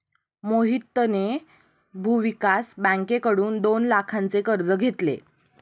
मोहितने भूविकास बँकेकडून दोन लाखांचे कर्ज घेतले